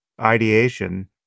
ideation